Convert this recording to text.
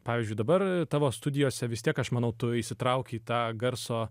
pavyzdžiui dabar tavo studijose vis tiek aš manau tu įsitrauki į tą garso